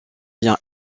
lien